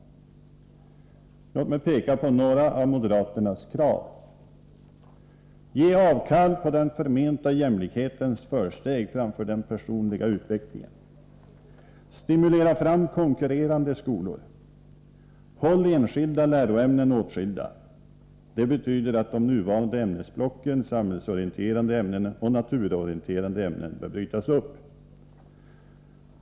Låt mig peka på några av moderaternas krav: Ge avkall på den förmenta jämlikhetens försteg framför den personliga utvecklingen. Stimulera fram konkurrerande skolor. Håll enskilda läroämnen åtskilda. Det betyder att de nuvarande ämnesblocken samhällsorienterande ämnen och naturorienterande ämnen bör brytas upp.